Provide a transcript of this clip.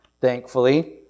thankfully